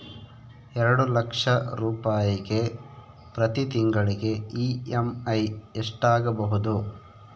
ಎರಡು ಲಕ್ಷ ರೂಪಾಯಿಗೆ ಪ್ರತಿ ತಿಂಗಳಿಗೆ ಇ.ಎಮ್.ಐ ಎಷ್ಟಾಗಬಹುದು?